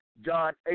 John